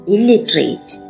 Illiterate